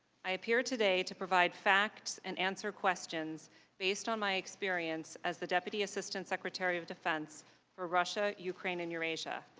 i appeared today to provide facts and answer questions based on my experience as the deputy assistant secretary of defense for russia, ukraine, and eurasia.